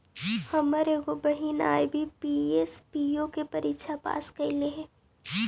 हमर एगो बहिन आई.बी.पी.एस, पी.ओ के परीक्षा पास कयलइ हे